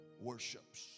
worships